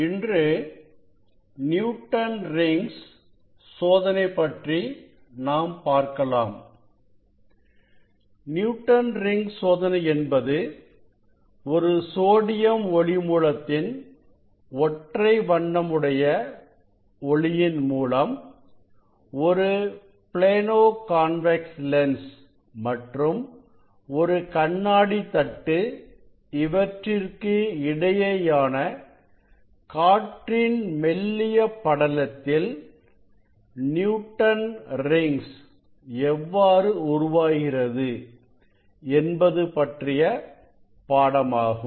இன்று Newton rings சோதனை பற்றி நாம் பார்க்கலாம் நியூட்டன் ரிங்ஸ் சோதனை என்பது ஒரு சோடியம் ஒளி மூலத்தின் ஒற்றை வண்ணம் உடைய ஒளியின் மூலம் ஒரு ப்ளேனோ கான்வெக்ஸ் லென்ஸ் மற்றும் ஒரு கண்ணாடி தட்டு இவற்றிற்கு இடையேயான காற்றின் மெல்லிய படலத்தில் நியூட்டன் ரிங்ஸ் எவ்வாறுஉருவாகிறது என்பது பற்றிய பாடமாகும்